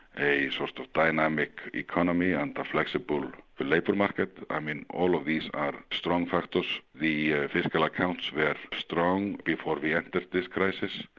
a sort of dynamic economy and a flexible but labour market. i mean all of these are strong factors the fiscal accounts were strong before we entered this crisis.